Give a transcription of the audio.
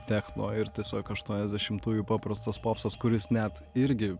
techno ir tiesiog aštuoniasdešimtųjų paprastas popsas kuris net irgi